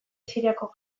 siriako